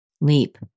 leap